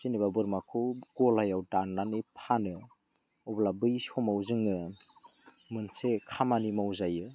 जेनेबा बोरमाखौ गलायाव दाननानै फानो अब्ला बै समाव जोङो मोनसे खामानि मावजायो